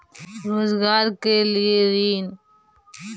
रोजगार के लिए ऋण?